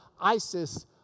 Isis